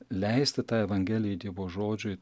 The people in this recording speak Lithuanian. leisti tai evangelijai dievo žodžiui